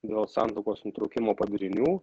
dėl santuokos nutraukimo padarinių